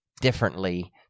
differently